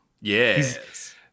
yes